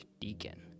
Deacon